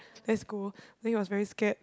let's go then he was very scared